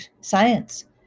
science